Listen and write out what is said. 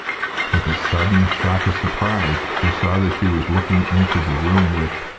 with a sudden shock of surprise she saw that she was looking into the room which,